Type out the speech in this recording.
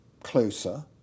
closer